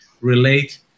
relate